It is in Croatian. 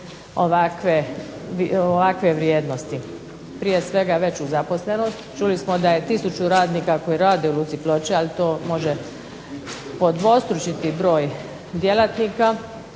ovakve vrijednosti? Prije svega veću zaposlenost. Čuli smo da je tisuću radnika koji rade u Luci Ploče, ali to može podvostručiti broj djelatnika.